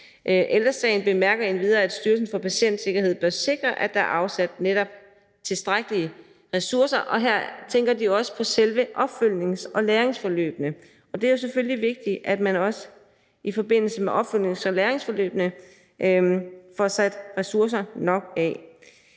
Ældre Sagen bemærker endvidere, at Styrelsen for Patientsikkerhed bør netop sikre, at der er afsat tilstrækkelige ressourcer, og her tænker de også på selve opfølgnings- og læringsforløbene, og det er selvfølgelig vigtigt, at man i forbindelse med opfølgnings- og læringsforløbene får sat ressourcer nok af.